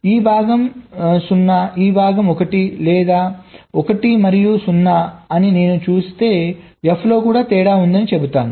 ఈ భాగం 0 ఈ భాగం 1 లేదా 1 మరియు 0 అని నేను చూస్తే f లో కూడా తేడా ఉందని చెబుతాను